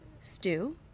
stew